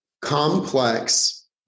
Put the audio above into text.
complex